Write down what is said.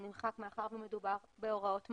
הוא נמחק כי מדובר בהוראות מהותיות.